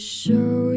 show